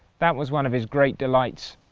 that was one of his great delights.